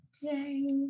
Yay